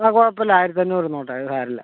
ആ കുഴപ്പം ഇല്ല ആയിരത്തെണ്ണൂറ് ഇരുന്നോട്ടെ അത് സാരമില്ല